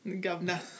Governor